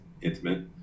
intimate